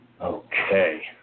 Okay